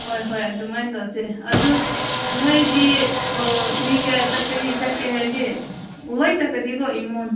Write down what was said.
ꯍꯣꯏ ꯍꯣꯏ ꯑꯗꯨꯃꯥꯏꯅ ꯇꯧꯁꯦ ꯑꯗꯨ ꯅꯣꯏꯗꯤ ꯑꯥ ꯃꯤ ꯀꯌꯥ ꯆꯠꯀꯅꯤ ꯆꯠꯀꯦ ꯍꯥꯏꯔꯗꯤ ꯂꯣꯏ ꯆꯠꯀꯅꯤꯀꯣ ꯏꯃꯨꯡ